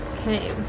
Okay